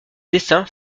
dessins